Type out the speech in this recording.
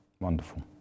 Wonderful